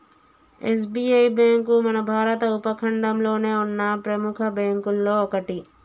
SBI bank మన భారత ఉపఖండంలోనే ఉన్న ప్రెముఖ బ్యేంకుల్లో ఒకటి